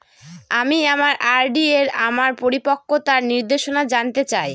আমি আমার আর.ডি এর আমার পরিপক্কতার নির্দেশনা জানতে চাই